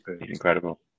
incredible